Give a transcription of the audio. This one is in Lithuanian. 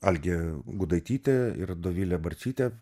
algė gudaitytė ir dovilė barcytė